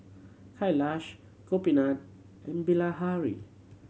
Kailash Gopinath and Bilahari